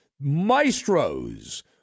Maestros